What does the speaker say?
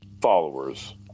followers